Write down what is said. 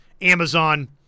Amazon